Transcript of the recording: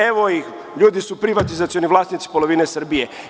Evo ih, ljudi su privatizacioni vlasnici polovine Srbije.